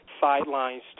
sidelines